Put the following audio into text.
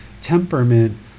temperament